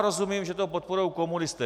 Rozumím, že to podporují komunisté.